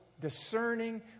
discerning